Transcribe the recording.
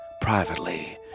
privately